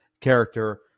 character